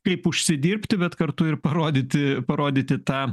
kaip užsidirbti bet kartu ir parodyti parodyti tą